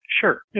Sure